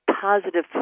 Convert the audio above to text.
positive